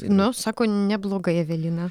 nu sako neblogai evelina